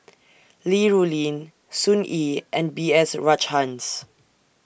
Li Rulin Sun Yee and B S Rajhans